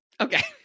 Okay